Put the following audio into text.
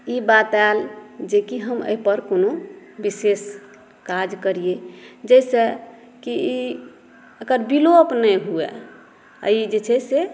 ई बात आयल जे की हम एहिपर कोनो विशेष काज करियै जाहिसँ की एकर विलोप नहि हुए आ ई जे छै से